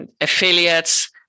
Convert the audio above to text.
affiliates